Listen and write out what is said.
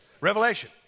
Revelation